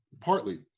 Partly